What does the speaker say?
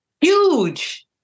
huge